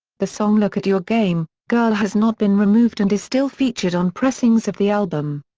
the song look at your game, girl has not been removed and is still featured on pressings of the album.